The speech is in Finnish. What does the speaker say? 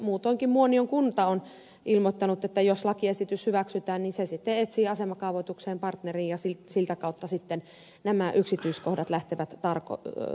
muutoinkin muonion kunta on ilmoittanut että jos lakiesitys hyväksytään se sitten etsii asemakaavoitukseen partneria ja sitä kautta nämä yksityiskohdat lähtevät tarkentumaan